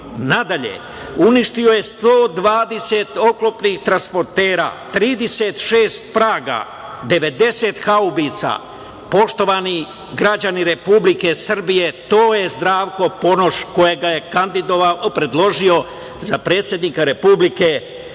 nadalje uništio je 120 oklopnih transportera, 36 Praga, 90 Haubica. Poštovani građani Republike Srbije, to je Zdravko Ponoš kojeg je predložio za predsednika Republike, Dragan